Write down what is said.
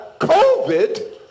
COVID